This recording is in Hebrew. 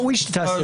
ראוי שתעשה זאת.